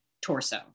torso